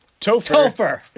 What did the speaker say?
Topher